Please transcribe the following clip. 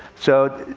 so,